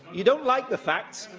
you don't like the facts